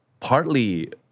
Partly